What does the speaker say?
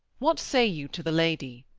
what say you to the lady?